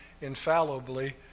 infallibly